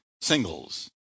singles